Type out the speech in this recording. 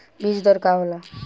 बीज दर का होला?